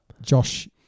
Josh